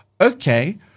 okay